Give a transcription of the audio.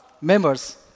members